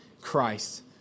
Christ